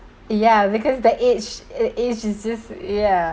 ya because the age age is just ya